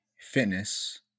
Fitness